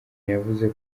yavuze